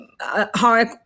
hard